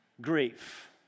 Grief